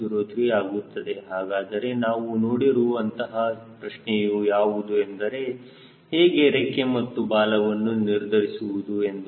03 ಆಗುತ್ತದೆ ಹಾಗಾದರೆ ನಾವು ನೋಡಿರುವ ಅಂತಹ ಪ್ರಶ್ನೆಯೂ ಯಾವುದು ಅಂದರೆ ಹೇಗೆ ರೆಕ್ಕೆ ಮತ್ತು ಬಾಲವನ್ನು ನಿರ್ಧರಿಸುವುದು ಎಂದು